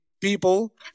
people